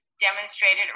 demonstrated